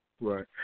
Right